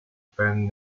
pen